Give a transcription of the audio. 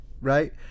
Right